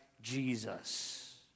Jesus